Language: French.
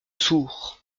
sourd